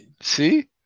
See